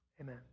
Amen